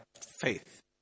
faith